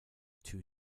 too